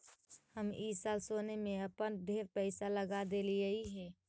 हम ई साल सोने में अपन ढेर पईसा लगा देलिअई हे